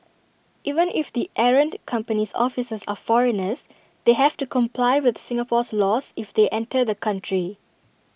even if the errant company's officers are foreigners they have to comply with Singapore's laws if they enter the country